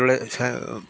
അവരുടെ